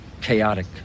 chaotic